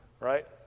right